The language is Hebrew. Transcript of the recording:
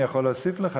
אני יכול להוסיף לך,